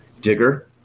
Digger